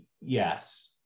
Yes